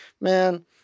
man